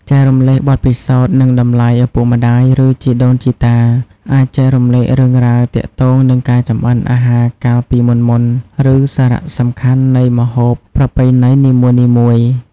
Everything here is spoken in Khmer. ចែករំលែកបទពិសោធន៍ និងតម្លៃ ឪពុកម្ដាយ ឬជីដូនជីតា អាចចែករំលែករឿងរ៉ាវទាក់ទងនឹងការចម្អិនអាហារកាលពីមុនៗ ឬសារៈសំខាន់នៃម្ហូបប្រពៃណីនីមួយៗ ។